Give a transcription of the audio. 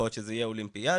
ייתכן שזה יהיה אולימפיאדה,